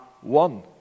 one